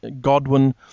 Godwin